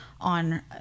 On